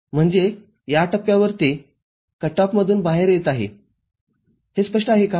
म्हणजे या टप्प्यावर ते कट ऑफमधून बाहेर येत आहे हे स्पष्ट आहे का